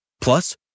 Plus